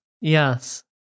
Yes